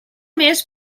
més